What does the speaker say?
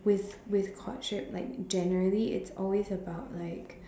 with with courtship like generally it's always about like